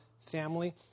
family